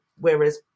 whereas